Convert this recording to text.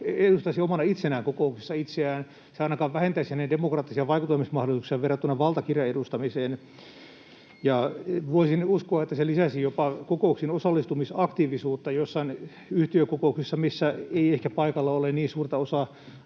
edustaisi omana itsenään kokouksessa itseään, ainakaan vähentäisi hänen demokraattisia vaikuttamismahdollisuuksiaan verrattuna valtakirjaedustamiseen. Voisin uskoa, että se jopa lisäisi osallistumisaktiivisuutta kokouksiin joissain yhtiökokouksissa, joissa ei ehkä ole niin suurta osaa